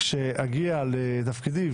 כשאגיע לתפקידי,